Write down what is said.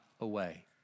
away